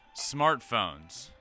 smartphones